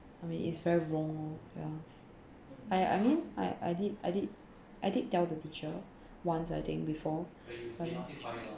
I mean it's very wrong orh ya I I mean I I did I did I did tell the teacher once I think before then